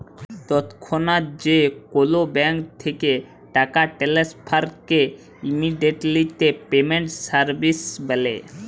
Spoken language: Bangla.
তৎক্ষনাৎ যে কোলো ব্যাংক থ্যাকে টাকা টেনেসফারকে ইমেডিয়াতে পেমেন্ট সার্ভিস ব্যলে